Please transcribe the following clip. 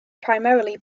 primarily